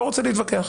לא רוצה להתווכח.